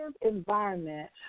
environment